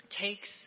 takes